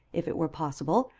if it were possible,